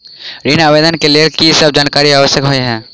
ऋण आवेदन केँ लेल की सब जानकारी आवश्यक होइ है?